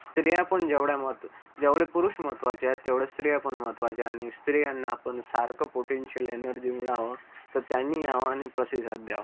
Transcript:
स्त्रियापण जेवढ्या महत्त्व जेवढे पुरुष महत्त्वाचे आहेत तेवढ्या स्त्रियापण महत्त्वाच्या आणि स्त्रियांनापण सारखं पोटेंशियल एनर्जी मिळावं तर त्यांनी यावं आणि प्रसिसाद द्यावा